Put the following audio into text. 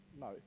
no